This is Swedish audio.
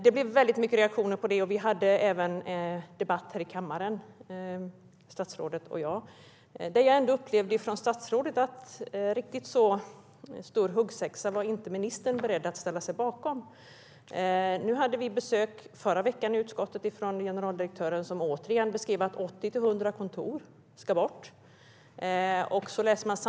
Det blev väldigt starka reaktioner på detta, och statsrådet och jag hade även en debatt här i kammaren. Det som jag hörde från statsrådet var att riktigt så stor huggsexa var hon inte beredd att ställa sig bakom. Förra veckan hade vi i utskottet besök av generaldirektören som återigen sa att 80-100 kontor ska bort.